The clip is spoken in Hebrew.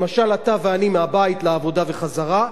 למשל אתה ואני מהבית לעבודה ובחזרה,